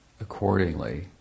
accordingly